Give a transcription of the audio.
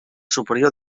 superior